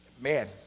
man